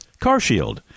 CarShield